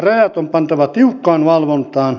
rajat on pantava tiukkaan valvontaan